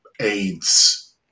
aids